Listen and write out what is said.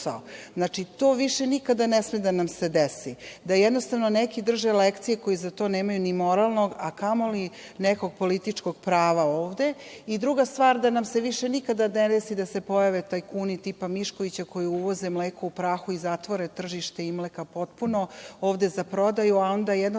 Znači, to više nikada ne sme da nam se desi. Jednostavno, neki nam drže lekcije koji za to nemaju ni moralnog, a kamoli nekog političkog prava ovde. Drugo, nikada više ne sme da nam se desi da nam se pojave tajkuni tipa Miškovića koji uvoze mleko u prahu i zatvore tržište „Imleka“ potpuno ovde za prodaju, a onda jednostavno